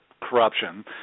corruption